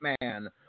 man